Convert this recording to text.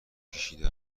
کشیده